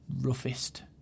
roughest